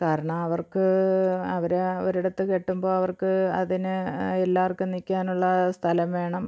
കാരണം അവർക്ക് അവരെ ഒരിടത്ത് കെട്ടുമ്പം അവർക്ക് അതിന് എല്ലാവർക്കും നിൽക്കാനുള്ള സ്ഥലം വേണം